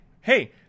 hey